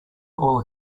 all